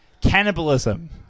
cannibalism